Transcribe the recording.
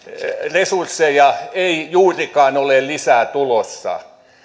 resursseja ei juurikaan ole lisää tulossa